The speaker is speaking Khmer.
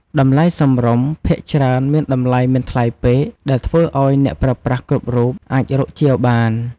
តម្លៃសមរម្យ ភាគច្រើនមានតម្លៃមិនថ្លៃពេក ដែលធ្វើឱ្យអ្នកប្រើប្រាស់គ្រប់រូបអាចរកជាវបាន។